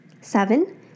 Seven